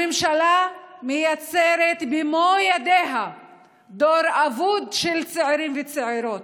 הממשלה מייצרת במו ידיה דור אבוד של צעירים וצעירות.